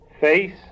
Face